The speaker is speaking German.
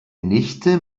nichte